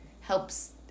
helps